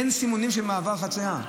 אין סימונים של מעבר חציה.